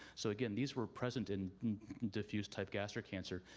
so again these were present in diffused type gastric cancer.